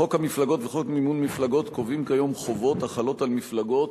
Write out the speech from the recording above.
חוק המפלגות וחוק מימון מפלגות קובעים כיום חובות החלות על מפלגות